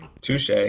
touche